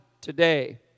today